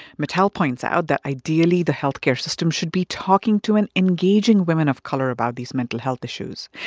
mittal points out that ideally, the health care system should be talking to and engaging women of color about these mental health issues.